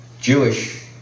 Jewish